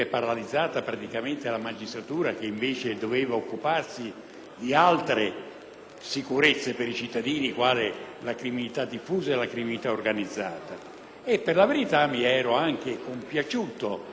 sicurezze per i cittadini, quali la criminalità diffusa e la criminalità organizzata, c'era dell'altro. Per la verità mi ero anche compiaciuto sotto questo profilo quando poi si è cominciato a parlare di eliminare